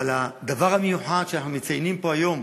אבל הדבר המיוחד שאנחנו מציינים פה היום,